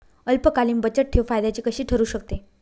अल्पकालीन बचतठेव फायद्याची कशी ठरु शकते?